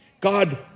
God